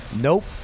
Nope